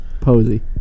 Posey